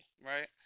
Right